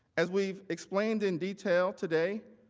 as we explained in detail today,